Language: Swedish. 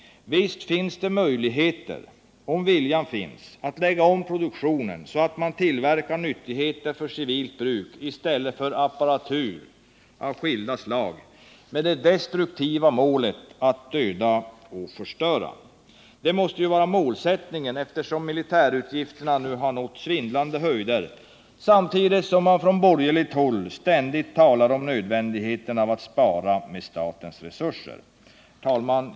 Visst finns det möjligheter, om viljan finns, att lägga om produktionen så att man tillverkar nyttigheter för civilt bruk i stället för apparatur av skilda slag med det destruktiva målet att döda och förstöra. Det måste vara målsättningen, eftersom militärutgifterna nu har nått svindlande höjder samtidigt som man från borgerligt håll ständigt talar om nödvändigheten av att spara på statens resurser. Herr talman!